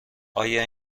آیا